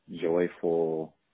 joyful